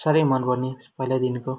साह्रै मनपर्ने पहिल्यैदेखिन्को